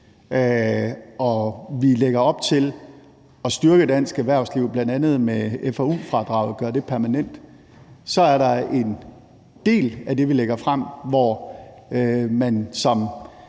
og vi lægger op til at styrke dansk erhvervsliv bl.a. ved at gøre FoU-fradraget permanent. Og så er der en del af det, vi lægger frem, hvor man som